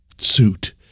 suit